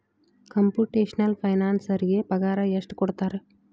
Computational ಫೈನಾನ್ಸರಿಗೆ ಪಗಾರ ಎಷ್ಟ್ ಕೊಡ್ತಾರ?